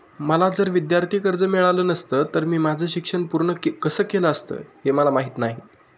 मला जर विद्यार्थी कर्ज मिळालं नसतं तर मी माझं शिक्षण पूर्ण कसं केलं असतं, हे मला माहीत नाही